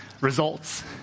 results